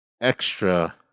extra